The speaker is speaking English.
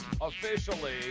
officially